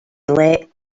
let